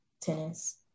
tennis